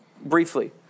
briefly